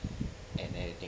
and everything